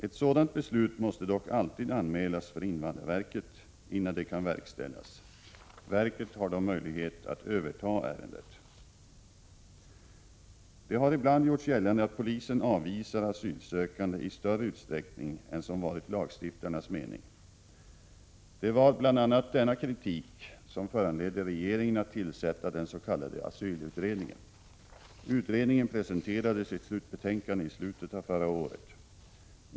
Ett sådant beslut måste dock alltid anmälas till invandrarverket, innan det kan verkställas. Verket har då möjlighet att överta ärendet. Det har ibland gjorts gällande att polisen avvisar asylsökande i större utsträckning än som varit lagstiftarnas mening. Det var bl.a. denna kritik som föranledde regeringen att tillsätta den s.k. asylutredningen. Utredningen presenterade sitt slutbetänkande i slutet av förra året.